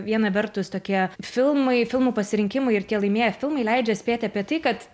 viena vertus tokie filmai filmų pasirinkimai ir tie laimėję filmai leidžia spėti apie tai kad